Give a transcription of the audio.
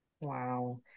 Wow